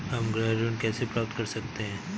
हम गृह ऋण कैसे प्राप्त कर सकते हैं?